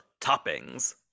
Toppings